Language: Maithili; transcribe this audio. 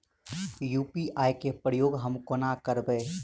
यु.पी.आई केँ प्रयोग हम कोना करबे?